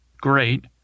great